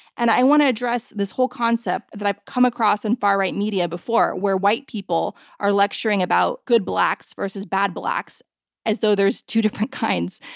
and i want to address this whole concept that i've come across in far right media before where white people are lecturing about good blacks versus bad blacks as though there's two different kinds.